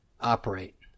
operate